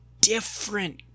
different